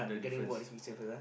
the difference ah